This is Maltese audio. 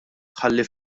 ħalli